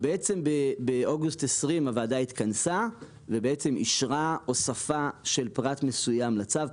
באוגוסט 2020 הוועדה התכנסה ואישרה הוספה של פרט מסוים לצו,